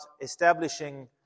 establishing